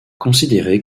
considéré